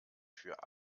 für